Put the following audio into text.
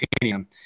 titanium